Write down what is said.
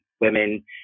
women